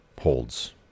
holds